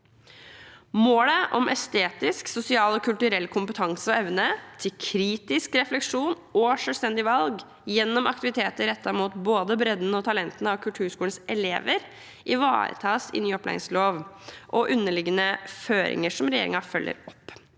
Målet om estetisk, sosial og kulturell kompetanse og evne til kritisk refleksjon og selvstendige valg gjennom aktiviteter rettet mot både bredden og talentene av kulturskolens elever ivaretas i ny opplæringslov og underliggende føringer, som regjeringen følger opp.